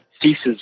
ceases